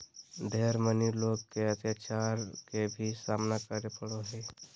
ढेर मनी लोग के अत्याचार के भी सामना करे पड़ो हय